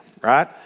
right